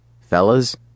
Fellas